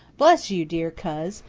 bless you, dear coz,